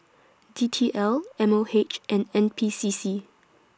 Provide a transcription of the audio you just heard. D T L M O H and N P C C